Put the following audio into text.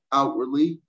outwardly